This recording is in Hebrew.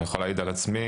אני יכול להעיד על עצמי.